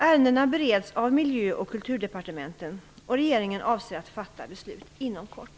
Ärendena bereds av Miljö och resursdepartementet och Kulturdepartementet, och regeringen avser att fatta beslut inom kort.